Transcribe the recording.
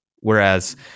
Whereas